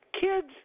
kids